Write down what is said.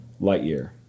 Lightyear